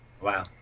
Wow